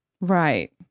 Right